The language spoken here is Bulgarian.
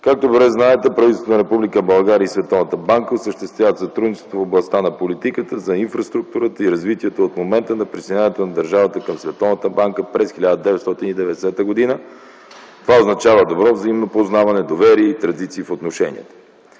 Както добре знаете, правителството на Република България и Световната банка осъществяват сътрудничество в областта на политиката, за инфраструктурата и развитието от момента на присъединяването на държавата към Световната банка през 1990 г. Това означава добро взаимно познаване, доверие и традиции в отношенията.